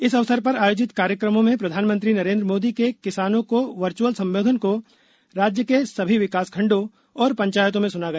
इस अवसर पर आयोजित कार्यकमों में प्रधानमंत्री नरेंद्र मोदी के किसानों को वर्चुअल सम्बोधन को राज्य के सभी विकास खण्डों और पंचायतों में सुना गया